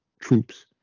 troops